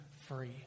free